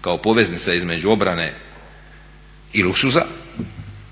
kao poveznica između obrane i luksuza